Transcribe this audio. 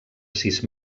sis